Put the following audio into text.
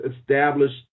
established